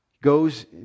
Goes